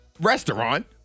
restaurant